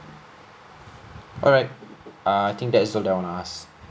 alright err I think that is all that I want to ask